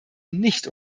nicht